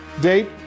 date